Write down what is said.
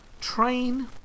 train